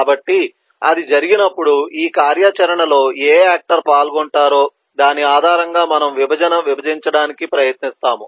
కాబట్టి అది జరిగినప్పుడు ఈ కార్యాచరణలో ఏ ఆక్టర్ పాల్గొంటారో దాని ఆధారంగా మనము విభజనను విభజించడానికి ప్రయత్నిస్తాము